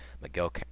Miguel